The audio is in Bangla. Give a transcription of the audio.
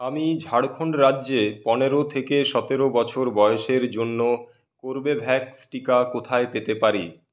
আমি ঝাড়খণ্ড রাজ্যে পনেরো থেকে সতেরো বছর বয়সের জন্য কর্বেভ্যাক্স টিকা কোথায় পেতে পারি